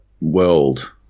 world